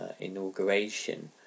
inauguration